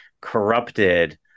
corrupted